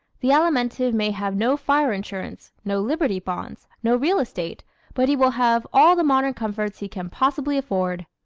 the alimentive may have no fire insurance, no liberty bonds, no real estate but he will have all the modern comforts he can possibly afford.